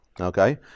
okay